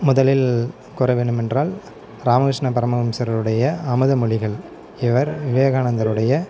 முதலில் கூற வேண்டுமென்றால் ராமகிருஷ்ண பரமஹம்சருடைய அமுத மொழிகள் இவர் விவேகானந்தருடைய